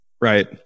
Right